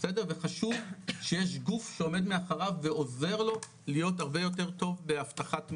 וחשוב שיש גוף שעומד מאחוריו ועוזר לו להיות הרבה יותר טוב באבטחת מידע.